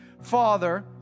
father